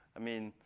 i mean,